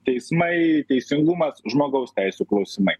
teismai teisingumas žmogaus teisių klausimai